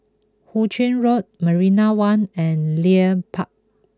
Hu Ching Road Marina One and Leith Park